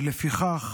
ולפיכך